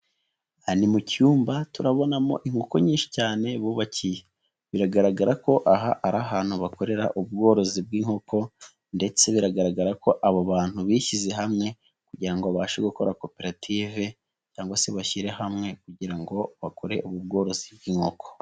Ni mu cyumba turabonamo inkoko nyinshi cyane bubakiye, biragaragara ko aha ari ahantu bakorera ubworozi bw'inkoko ndetse biragaragara ko abo bantu bishyize hamwe kugira ngo babashe gukora koperative cyangwa se bashyire hamwe kugira ngo bakore ubu bworozi bw'inkoko.